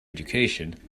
education